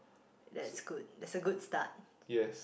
that's good that's a good start